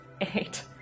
eight